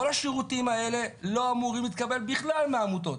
כל השירותים האלה לא אמורים להתקבל בכלל מהעמותות.